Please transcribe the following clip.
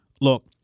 Look